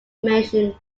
mission